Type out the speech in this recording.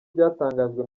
byatangajwe